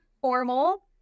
formal